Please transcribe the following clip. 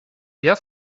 wer